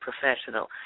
professional